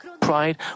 pride